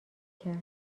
کرد